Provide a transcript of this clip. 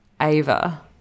ava